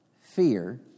fear